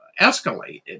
escalated